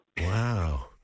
Wow